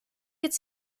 its